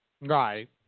Right